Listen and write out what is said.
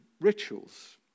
rituals